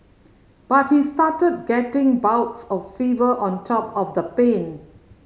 but he started getting bouts of fever on top of the pain